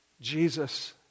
Jesus